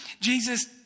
Jesus